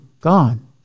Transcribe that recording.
gone